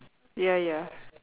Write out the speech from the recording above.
ya ya